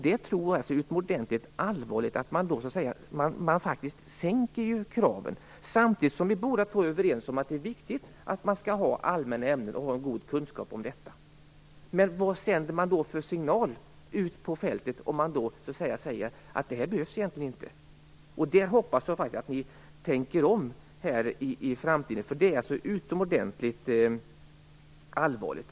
Det är utomordentligt allvarligt. Man sänker faktiskt kraven. Samtidigt är vi båda överens om att det är viktigt att man skall ha goda kunskaper i allmänna ämnen. Men vad sänder man för signaler ute på fältet om man säger att detta egentligen inte behövs? Jag hoppas att ni tänker om i framtiden, för detta är utomordentligt allvarligt.